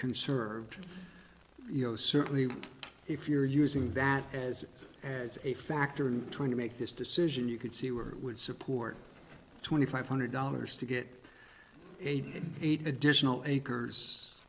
conserved you know certainly if you're using that as as a factor in trying to make this decision you could see were would support twenty five hundred dollars to get eighty eight additional acres